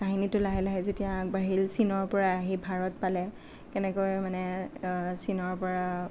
কাহিনীটো লাহে লাহে যেতিয়া আগবাঢ়িল চীনৰ পৰা আহি ভাৰত পালে কেনেকৈ মানে চীনৰ পৰা